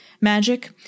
magic